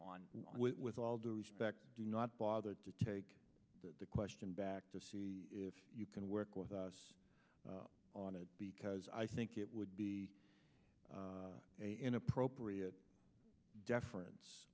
on with all due respect do not bother to take the question back to see if you can work with us on it because i think it would be inappropriate deference